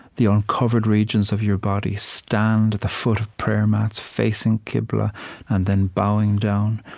the uncovered regions of your body stand at the foot of prayer mats, facing qibla and then bowing down.